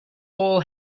bull